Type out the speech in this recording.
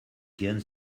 gehen